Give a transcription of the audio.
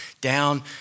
down